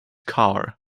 car